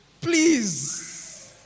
please